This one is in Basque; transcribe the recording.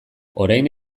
orain